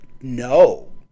no